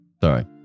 Sorry